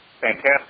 fantastic